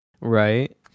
Right